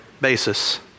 basis